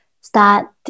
start